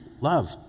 love